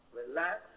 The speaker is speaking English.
relax